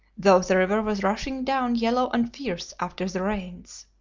though the river was rushing down yellow and fierce after the rains.